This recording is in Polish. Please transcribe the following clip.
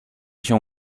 się